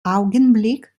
augenblick